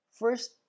first